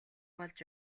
болж